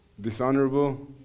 Dishonorable